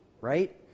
right